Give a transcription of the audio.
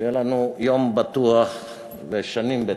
שיהיה לנו יום בטוח ושנים בטוחות.